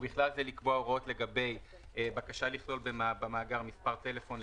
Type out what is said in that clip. ובכלל זה לקבוע הוראות לגבי בקשה לכלול במאגר מספר טלפון,